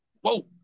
Whoa